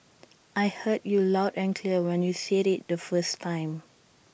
I heard you loud and clear when you said IT the first time